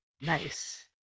Nice